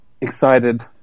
excited